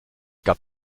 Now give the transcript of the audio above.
gab